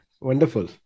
Wonderful